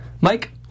mike